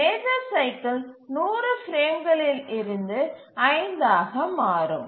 major cycle 100 பிரேம்களில் இருந்து 5 ஆக மாறும்